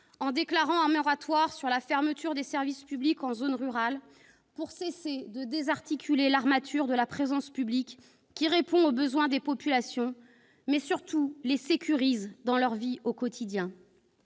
déclarer un moratoire sur les fermetures de services publics en zones rurales, pour cesser de désarticuler l'armature de la présence publique, qui répond aux besoins des populations, mais surtout les sécurise dans leur vie au quotidien.